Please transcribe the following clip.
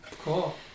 Cool